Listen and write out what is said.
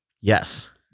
Yes